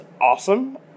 Awesome